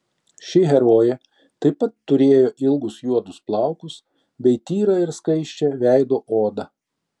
ši herojė taip pat turėjo ilgus juodus plaukus bei tyrą ir skaisčią veido odą